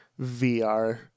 VR